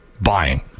buying